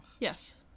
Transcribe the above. Yes